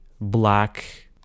black